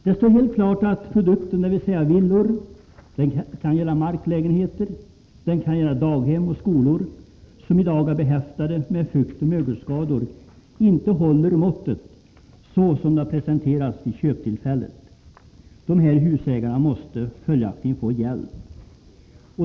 Det står alldeles klart att produkterna, dvs. villor eller marklägenheter, daghem och skolor som i dag är behäftade med fuktoch mögelskador, inte håller måttet för vad som presenterades vid köptillfället. Dessa husägare måste följaktligen få hjälp.